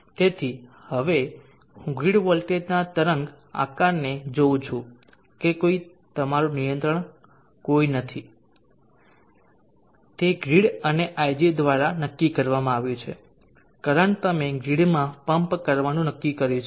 તેથી હવે હું ગ્રીડ વોલ્ટેજના તરંગ આકારને જોઉં છું કે તમારું કોઈ નિયંત્રણ નથી તે ગ્રીડ અને ig દ્વારા નક્કી કરવામાં આવ્યું છે કરંટ તમે ગ્રીડમાં પમ્પ કરવાનું નક્કી કર્યું છે